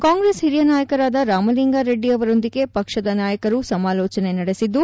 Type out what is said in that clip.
ಕಾಂಗ್ರೆಸ್ ಹಿರಿಯ ನಾಯಕರಾದ ರಾಮಲಿಂಗಾರೆಡ್ನಿ ಅವರೊಂದಿಗೆ ಪಕ್ಕದ ನಾಯಕರು ಸಮಾಲೋಚನೆ ನಡೆಸಿದ್ದು